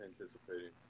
anticipating